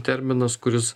terminas kuris